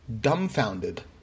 Dumbfounded